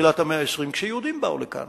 בתחילת המאה ה-20, כשיהודים באו לכאן